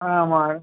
ஆமாம்